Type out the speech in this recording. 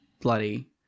bloody